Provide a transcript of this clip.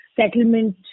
settlement